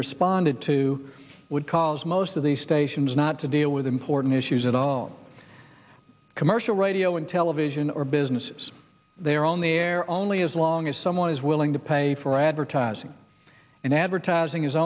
responded to would cause most of the stations not to deal with important issues at all on commercial radio and television or businesses they are on the air only as long as someone is willing to pay for advertising and advertising is